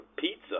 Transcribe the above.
Pizza